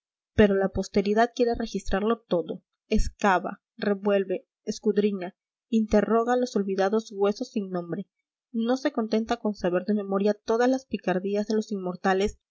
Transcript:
pero la posteridad quiere registrarlo todo excava revuelve escudriña interroga los olvidados huesos sin nombre no se contenta con saber de memoria todas las picardías de los inmortales